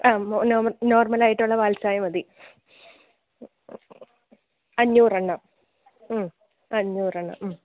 ആ നേർമൽ നേർമലായിട്ടുള്ള പാൽ ചായ മതി അഞ്ഞൂറെണ്ണം മ്മ് അഞ്ഞൂറെണ്ണം മ്മ്